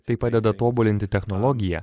tai padeda tobulinti technologiją